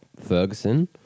Ferguson